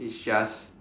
is just